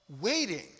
waiting